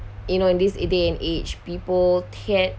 you know in this day and age people tend